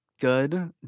good